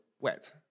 wet